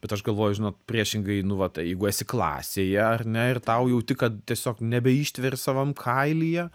bet aš galvoju žinot priešingai nu va tai jeigu esi klasėje ar ne ir tau jauti kad tiesiog nebeištveri savam kailyje